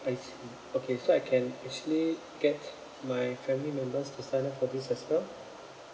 I see okay so I can actually get my family members to sign up for this as well